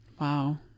Wow